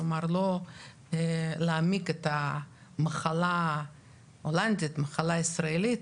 כלומר לא להעמיק את המחלה הישראלית,